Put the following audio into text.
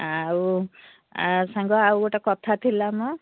ଆଉ ସାଙ୍ଗ ଆଉ ଗୋଟେ କଥା ଥିଲା ମ